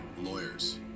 lawyers